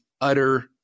utter